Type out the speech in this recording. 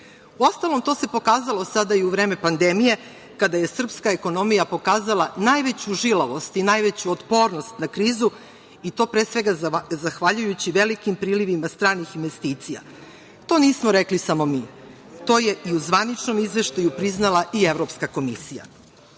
iznese. Uostalom, to se pokazalo sada i u vreme pandemije kada je srpska ekonomija pokazala najveću žilavost i najveću otpornost na krizu i to pre svega, zahvaljujući velikim prilivima stranih investicija. To nismo rekli samo mi, to je i u zvaničnom izveštaju priznala i Evropska komisija. Predlogom